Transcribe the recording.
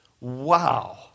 Wow